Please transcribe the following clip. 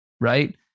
right